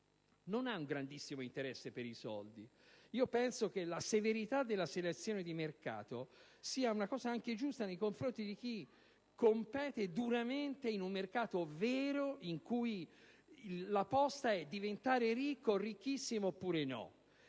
non ha un grandissimo interesse per i soldi. Penso che la severità della selezione di mercato sia una cosa anche giusta nei confronti di chi compete duramente in un mercato vero, in cui la posta è diventare ricco, ricchissimo oppure no.